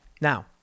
Now